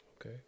Okay